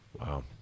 Wow